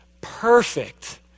perfect